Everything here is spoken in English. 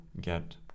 get